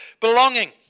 Belonging